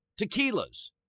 tequilas